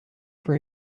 for